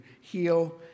heal